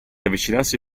avvicinarsi